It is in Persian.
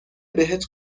بهت